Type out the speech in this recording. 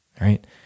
right